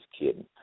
kidding